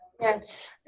Yes